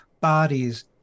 bodies